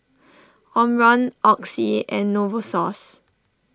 Omron Oxy and Novosource